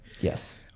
Yes